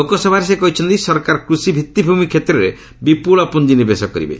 ଲୋକସଭାରେ ସେ କହିଛନ୍ତି ସରକାର କୃଷି ଭିଭିଭିମି କ୍ଷେତ୍ରରେ ବିପୁଳ ପୁଞ୍ଜିନିବେଶ କରିବେ